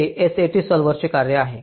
ते SAT सॉल्व्हरचे कार्य आहे